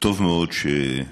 שטוב מאוד שחתכתם,